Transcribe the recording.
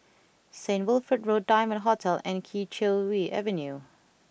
Saint Wilfred Road Diamond Hotel and Kee Choe Avenue